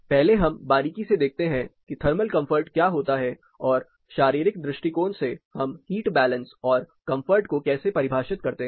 पहले हम बारीकी से देखते हैं कि थर्मल कंफर्ट क्या होता है और शारीरिक दृष्टिकोण से हम हीट बैलेंस और कंफर्ट को कैसे परिभाषित करते हैं